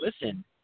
listen